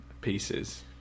pieces